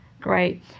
Great